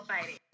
fighting